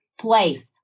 place